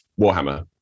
Warhammer